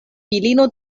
filino